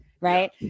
right